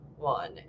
One